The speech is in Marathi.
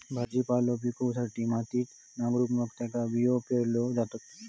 भाजीपालो पिकवूसाठी मातीत नांगरून मग त्यात बियो पेरल्यो जातत